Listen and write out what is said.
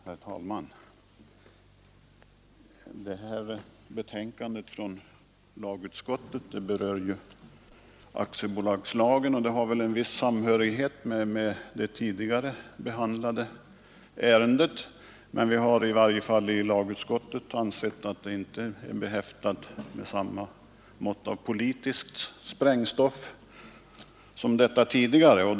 Herr talman! Lagutskottets förevarande betänkande nr 19 handlar om aktiebolagslagen och har väl en viss samhörighet med det ärende som vi tidigare behandlade, men i utskottet har vi i varje fall ansett att det inte är behäftat med samma mått av politiskt sprängstoff som det tidigare betänkandet.